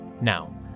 Now